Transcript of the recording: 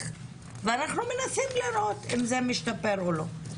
ואנחנו מנסים לראות האם זה משתפר או לא.